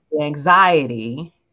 Anxiety